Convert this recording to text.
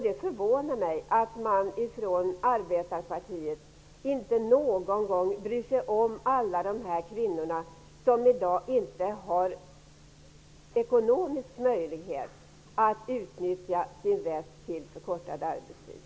Det förvånar mig att man från arbetarpartiet inte någon gång bryr sig om alla de kvinnor som i dag inte har ekonomisk möjlighet att utnyttja sin rätt till förkortad arbetstid.